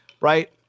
right